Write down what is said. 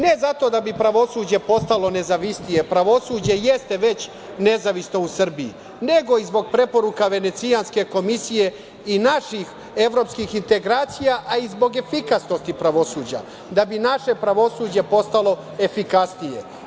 Ne zato da bi pravosuđe postalo nezavisnije, pravosuđe jeste već nezavisno u Srbiji, nego i zbog preporuka Venecijanske komisije i naših evropskih integracija, a i zbog efikasnosti pravosuđa, da bi naše pravosuđe postalo efikasnije.